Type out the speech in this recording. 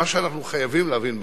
מה שאנחנו חייבים להבין בחברה,